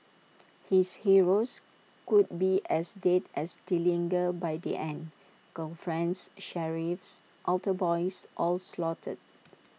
his heroes could be as dead as Dillinger by the end girlfriends sheriffs altar boys all slaughtered